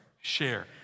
share